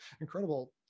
incredible